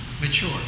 mature